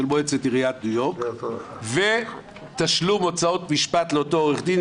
מועצת עיריית ניו יורק ותשלום הוצאות משפט לאותו פסיכולוג,